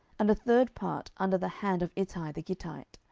and a third part under the hand of ittai the gittite.